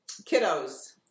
Kiddos